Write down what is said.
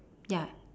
ya